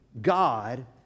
God